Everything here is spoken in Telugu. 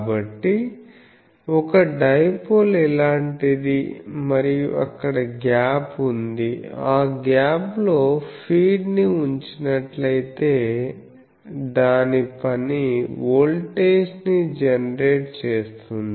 కాబట్టిఒక డైపోల్ ఇలాంటిది మరియు అక్కడ గ్యాప్ ఉంది ఆ గ్యాప్ లో ఫీడ్ ని ఉంచినట్లయితే దాని పని వోల్టేజ్ ని జనరేట్ చేస్తుంది